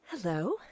Hello